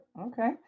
Okay